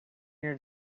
your